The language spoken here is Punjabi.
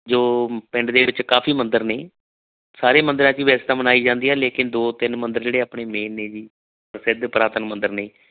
ਜੋ ਪਿੰਡ ਦੇ ਵਿੱਚ ਕਾਫੀ ਮੰਦਰ ਨੇ ਸਾਰੇ ਮੰਦਰਾਂ 'ਚ ਵੀ ਵੈਸੇ ਤਾਂ ਮਨਾਈ ਜਾਂਦੀ ਹੈ ਲੇਕਿਨ ਦੋ ਤਿੰਨ ਮੰਦਰ ਜਿਹੜੇ ਆਪਣੇ ਮੇਨ ਨੇ ਜੀ ਪ੍ਰਸਿੱਧ ਪੁਰਾਤਨ ਮੰਦਰ ਨੇ